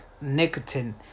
nicotine